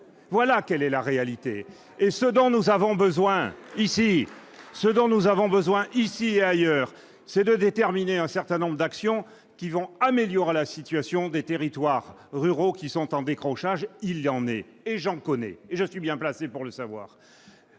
Voilà quelle est la réalité. C'est vrai ! Ce dont nous avons besoin, ici et ailleurs, c'est de déterminer un certain nombre d'actions pour améliorer la situation des territoires ruraux qui sont en décrochage. Il y en a, j'en connais et je suis bien placé pour le savoir.